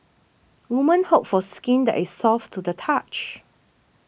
woman hope for skin that is soft to the touch